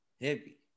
Heavy